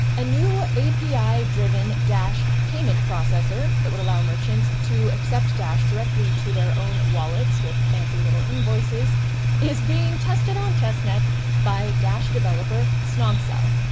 a new api driven dash payment processor that will allow merchants to accept dash directly to their own wallets with fancy little invoices is being tested on testnet by dash developer snogcel.